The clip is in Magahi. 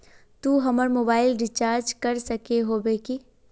तू हमर मोबाईल रिचार्ज कर सके होबे की?